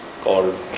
called